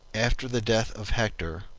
after the death of hector,